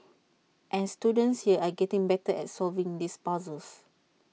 and students here are getting better at solving these puzzles